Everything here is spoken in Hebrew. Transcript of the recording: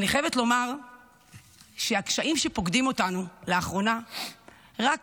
ואני חייבת לומר שהקשיים שפוקדים אותנו לאחרונה רק